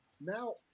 Now